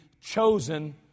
chosen